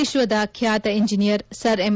ವಿಶ್ವದ ಖ್ಯಾತ engineer sir M